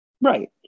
Right